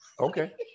okay